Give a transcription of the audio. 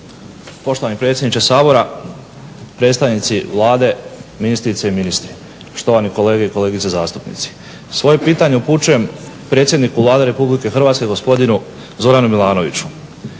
Poštovani predsjedniče Sabora, predstavnici Vlade ministrice i ministri, štovani kolege i kolegice zastupnici. Svoje pitanje upućujem predsjedniku Vlade RH gospodinu Zoranu Milanoviću.